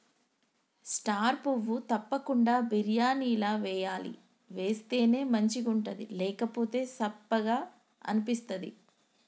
star పువ్వు తప్పకుండ బిర్యానీల వేయాలి వేస్తేనే మంచిగుంటది లేకపోతె సప్పగ అనిపిస్తది